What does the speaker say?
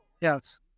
Yes